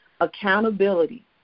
accountability